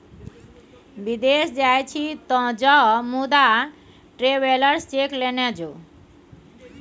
विदेश जाय छी तँ जो मुदा ट्रैवेलर्स चेक लेने जो